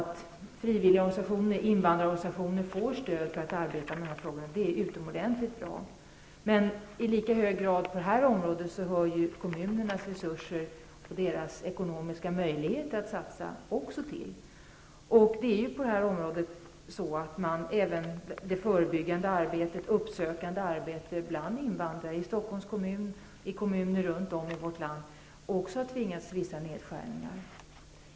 Det gäller insatserna på detta område och frivillig och invandrarorganisationerna. Det är utomordentligt bra att dessa får stöd för arbetet med sådana här frågor. Men kommunernas resurser och deras ekonomiska möjligheter att göra satsningar hör i lika hög grad till i det här sammanhanget. Även när det gäller det förebyggande och uppsökande arbetet bland invandrare har man i Stockholms kommun, men också i andra kommuner runt om i vårt land, tvingats till vissa nedskärningar.